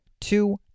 two